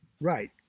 Right